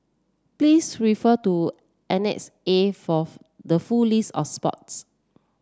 please refer to Annex A forth the full list of sports